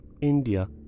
India